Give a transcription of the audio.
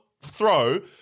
throw